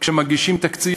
כשמגישים תקציב,